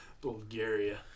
Bulgaria